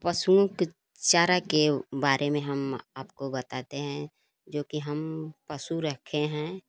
पसुओं के चारा के बारे में हम आपको हम बताते हैं जो कि हम पशु रखे हैं